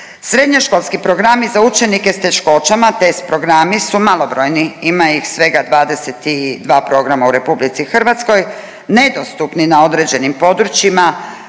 Srednjoškolski programi za učenike s teškoćama-TES programi su malobrojni, ima ih svega 22 programa u RH, nedostupni na određenim područjima,